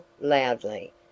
loudly